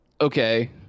okay